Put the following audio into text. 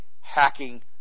hacking